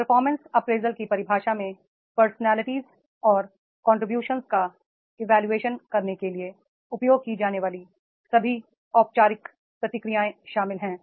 performance appraisal की परिभाषा में पर्सनालिटी और कंट्रीब्यूशन का इवोल्यूशन करने के लिए उपयोग की जाने वाली सभी औपचारिक प्रक्रियाएं शामिल हैं